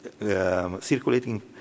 circulating